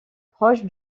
proche